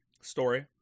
story